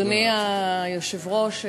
אדוני היושב-ראש,